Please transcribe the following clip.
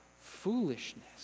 foolishness